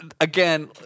again